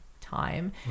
time